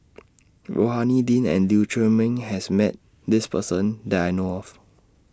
Rohani Din and Lee Chiaw Meng has Met This Person that I know of